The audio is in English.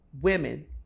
women